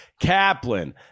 Kaplan